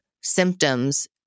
symptoms